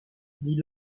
dit